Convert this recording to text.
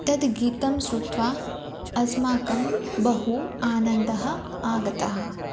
तद् गीतं शृत्वा अस्माकं बहु आनन्दः आगतः